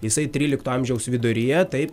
jisai trylikto amžiaus viduryje taip